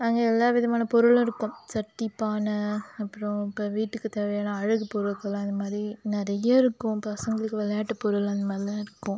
அங்கே எல்லா விதமான பொருளும் இருக்கும் சட்டி பானை அப்புறம் இப்போ வீட்டுக்கு தேவையான அழகு பொருட்களெலாம் அது மாதிரி நிறைய இருக்கும் பசங்களுக்கு விளையாட்டு பொருள் அந்த மாதிரிலாம் இருக்கும்